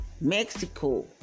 Mexico